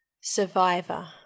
Survivor